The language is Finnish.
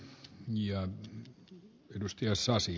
arvoisa puhemies